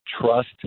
trust